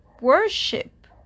worship